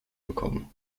bekommen